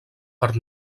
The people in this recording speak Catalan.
per